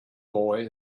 boy